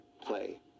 Play